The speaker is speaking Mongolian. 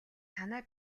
танай